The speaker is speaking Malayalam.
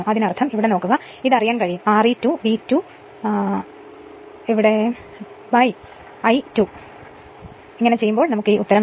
ഇവിടെ ഇതാ അതിനർത്ഥം ഇവിടെയും ഇവിടെ നോക്കുക ഇത് അറിയാൻ കഴിയും R e 2 V2 2 I2 കൊണ്ട് ഹരിച്ചാൽ